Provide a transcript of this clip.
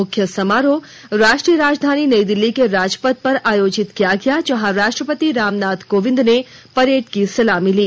मुख्य समारोह राष्ट्रीय राजधानी नई दिल्ली के राजपथ पर आयोजित किया गया जहां राष्ट्रपति रामनाथ कोविंद ने परेड की सलामी ली